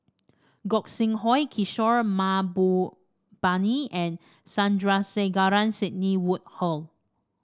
Gog Sing Hooi Kishore Mahbubani and Sandrasegaran Sidney Woodhull